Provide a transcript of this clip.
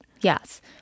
Yes